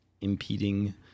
impeding